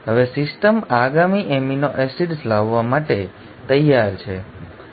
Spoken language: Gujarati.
હવે સિસ્ટમ આગામી એમિનો એસિડ્સ લાવવા માટે તૈયાર છે